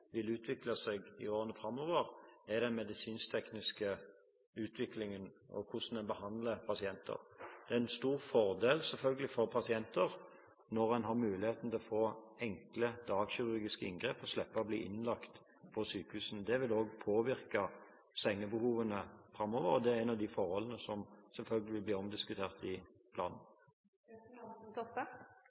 vil utvikle seg i årene framover, er den medisinsk-tekniske utviklingen og hvordan en behandler pasienter. Det er selvfølgelig en stor fordel for pasienter når en har muligheten til å få enkle, dagkirurgiske inngrep og slippe å bli innlagt på sykehus. Det vil òg påvirke sengebehovene framover, og det er et av de forholdene som selvfølgelig vil bli omdiskutert i